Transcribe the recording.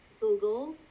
Google